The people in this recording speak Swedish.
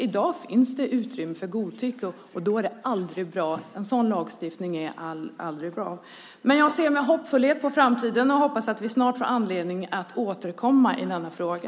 I dag finns det utrymme för godtycke, och en sådan lagstiftning är aldrig bra. Jag ser med hoppfullhet på framtiden och hoppas att vi snart får anledning att återkomma i denna fråga.